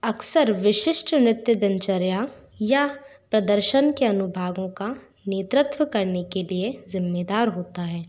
अक्सर विशिष्ट नृत्य दिनचर्या या प्रदर्शन के अनुभागों का नेतृत्व करने के लिए ज़िम्मेदार होता है